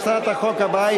הצעת החוק הבאה,